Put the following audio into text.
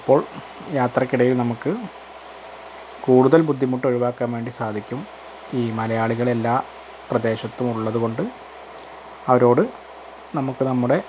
അപ്പോൾ യാത്രക്കിടയിൽ നമുക്കു കൂടുതൽ ബുദ്ധിമുട്ടൊഴുവാക്കാൻവേണ്ടി സാധിക്കും ഈ മലയാളികൾ എല്ലാ പ്രദേശത്തും ഉള്ളതുകൊണ്ട് അവരോടു നമുക്ക് നമ്മുടെ